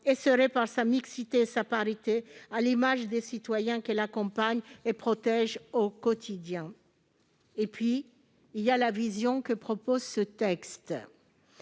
et serait, par sa mixité et sa parité, à l'image des citoyens qu'elle accompagne et protège au quotidien. Il y a la vision que proposent les